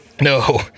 No